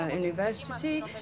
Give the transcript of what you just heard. University